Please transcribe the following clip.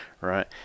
right